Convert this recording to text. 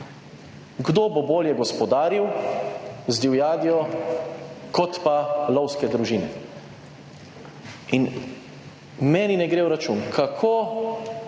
Kdo bo bolje gospodaril z divjadjo kot pa lovske družine. In meni ne gre v račun, kako